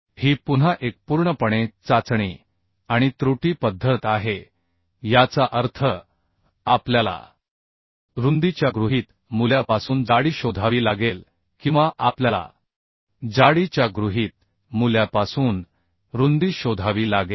ही पुन्हा एक पूर्णपणे चाचणी आणि त्रुटी पद्धत आहे याचा अर्थ आपल्याला रुंदीच्या गृहीत मूल्यापासून जाडी शोधावी लागेल किंवा आपल्याला जाडीच्या गृहीत मूल्यापासून रुंदी शोधावी लागेल